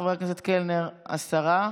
את חבר הכנסת קלנר, עשרה.